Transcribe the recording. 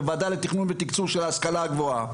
בוועדה לתכנון ותיקצוב של ההשכלה הגבוהה,